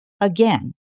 again